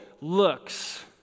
looks